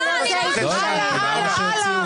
למה להוציא אותה?